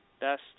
best